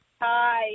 Hi